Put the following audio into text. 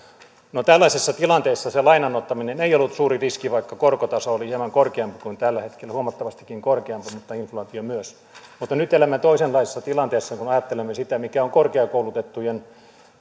no tällaisessa tilanteessa se lainan ottaminen ei ollut suuri riski vaikka korkotaso oli hieman korkeampi kuin tällä hetkellä huomattavastikin korkeampi mutta inflaatio myös mutta nyt elämme toisenlaisessa tilanteessa kun ajattelemme sitä mikä on korkeakoulutettujen